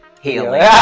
healing